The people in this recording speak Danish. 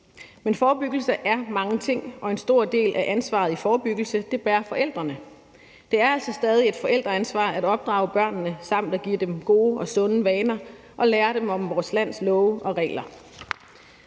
Men forebyggelse er mange ting, og en stor del af ansvaret for forebyggelse bærer forældrene. Det er altså stadig et forældreansvar at opdrage børnene samt at give dem gode og sunde vaner og lære dem om vores lands love og regler.